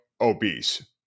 obese